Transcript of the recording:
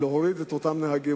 להוריד את אותם נהגים,